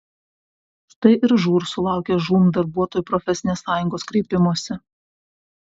štai ir žūr sulaukė žūm darbuotojų profesinės sąjungos kreipimosi